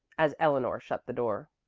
as eleanor shut the door.